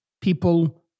people